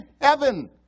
heaven